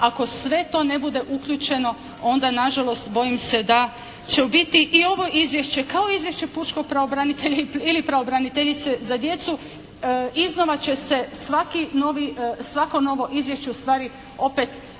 ako sve to ne bude uključeno onda nažalost bojim se da će i ovo izvješće kao i izvješće pučkog pravobranitelja ili pravobraniteljice za djecu iznova će se svako novo izvješće ustvari opet imati